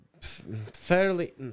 Fairly